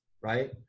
right